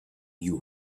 you